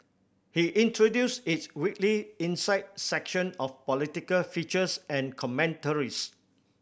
he introduced its weekly Insight section of political features and commentaries